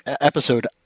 episode